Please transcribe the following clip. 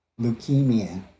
leukemia